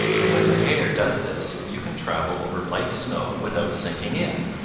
and when the hair does this you can travel over light snow without sinking in.